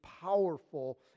powerful